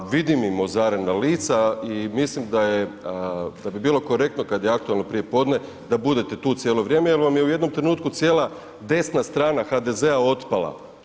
Vidim im ozarena lica i mislim da bi bilo korektno kada je aktualno prijepodne da budete tu cijelo vrijeme jer vam je u jednom trenutku cijela desna strana HDZ-a otpala.